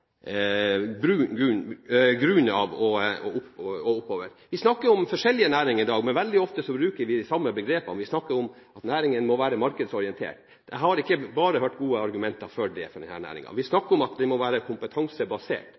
næringen fra grunnen av og oppover. Vi snakker om forskjellige næringer i dag, men veldig ofte bruker vi de samme begrepene. Vi snakker om at næringen må være markedsorientert. Jeg har ikke bare hørt gode argumenter for det for denne næringen. Vi snakker om at det må være en kompetansebasert